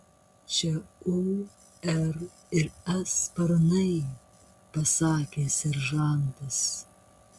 čia o r ir s sparnai pasakė seržantas